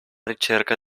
ricerca